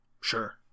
sure